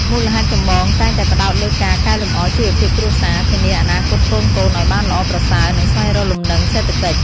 មូលហេតុចម្បងតែងតែផ្តោតលើការកែលម្អជីវភាពគ្រួសារ ធានាអនាគតកូនៗឲ្យបានល្អប្រសើរ និងស្វែងរកលំនឹងសេដ្ឋកិច្ច។